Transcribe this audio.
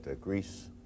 Greece